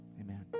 Amen